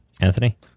Anthony